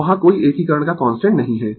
तो वहाँ कोई एकीकरण का कांस्टेंट नहीं है